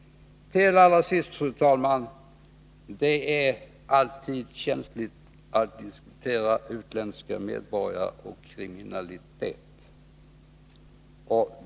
Fru talman! Till sist: Det är alltid känsligt att diskutera utländska medborgare och kriminalitet.